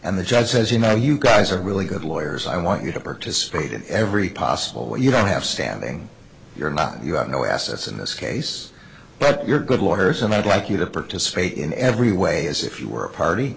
and the judge says you know you guys are really good lawyers i want you to participate in every possible way you don't have standing you're not you have no assets in this case but your good waters and i'd like you to participate in every way as if you were a party